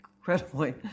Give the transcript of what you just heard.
incredibly